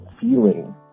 feeling